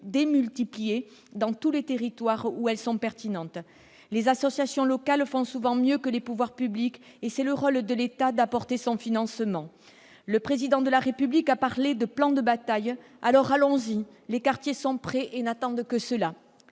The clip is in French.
démultiplier dans tous les territoires où elles sont pertinentes. Les associations locales font souvent mieux que les pouvoirs publics et c'est le rôle de l'État de contribuer à leur financement. Le Président de la République a parlé de « plan de bataille ». Allons-y : les quartiers sont prêts et n'attendent que cela